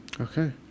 Okay